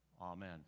amen